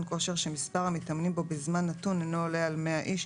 כושר שמספר המתאמנים בו בזמן נתון אינו עולה על 100 איש,